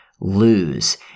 lose